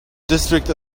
district